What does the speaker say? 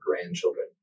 grandchildren